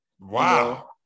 Wow